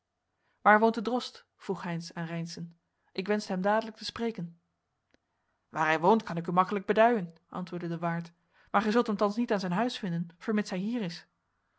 waar woont de drost vroeg heynsz aan reynszen ik wenschte hem dadelijk te spreken waar hij woont kan ik u makkelijk beduien antwoordde de waard maar gij zult hem thans niet aan zijn huis vinden vermits hij hier is